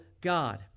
God